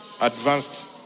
Advanced